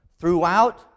throughout